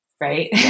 right